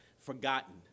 forgotten